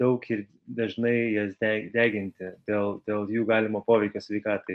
daug ir dažnai jas deg deginti dėl dėl jų galimo poveikio sveikatai